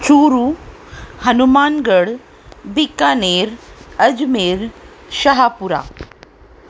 Churu Hanumangarh Bikaner Ajmer Shahpura